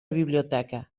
biblioteca